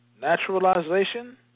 naturalization